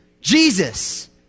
Jesus